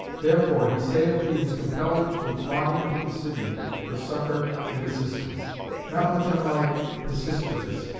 therefore he saith he was compelled to fly into the city for succour and assistance not much unlike pisistratus,